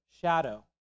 shadow